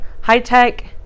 high-tech